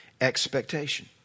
expectation